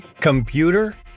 computer